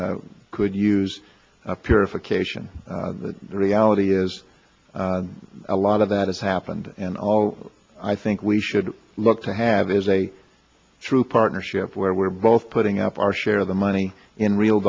could use a purification the reality is a lot of that has happened and all i think we should look to have is a true partnership where we're both putting up our share of the money in real